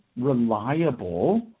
reliable